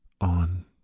...on